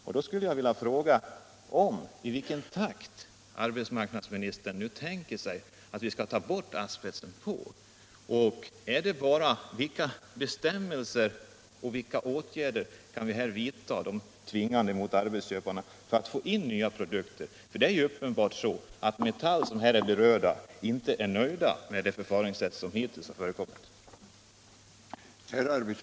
Jag vill därför fråga i vilken takt arbetsmarknadsministern tänker sig att vi nu skall få bort asbesten. Vilka bestämmelser och vilka för arbetsköparna tvingande åtgärder kan vi införa för att få nya produkter i stället? Det är uppenbart att Metall, som berörs av denna fråga, inte är till freds med det förfaringssätt som hittills har tillämpats.